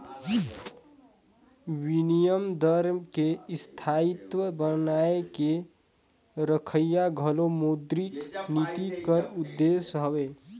बिनिमय दर में स्थायित्व बनाए के रखई घलो मौद्रिक नीति कर उद्देस हवे